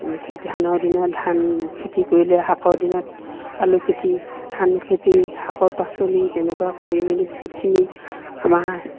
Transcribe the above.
খেতি ধানৰ দিনত ধান খেতি কৰিলে শাকৰ দিনত আলু খেতি ধান খেতি শাকৰ পাচলি তেনেকুৱা কৰি মেলি বহুতখিনি আমাৰ